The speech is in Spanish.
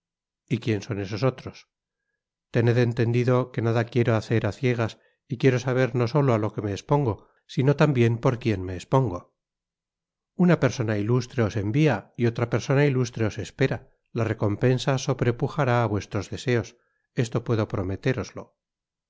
y quien son esos otros tened entendido que nada quiero hacer á ciegas y quiero saber no solo á lo que me espongo sino tambien por quién me espongo una persona ilustre os envia y otra persona ilustre os espera la recompensa sobrepujará á vuestros deseos esto puedo prometéroslo